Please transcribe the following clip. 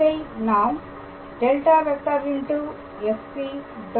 இதை நாம் ∇⃗⃗ fP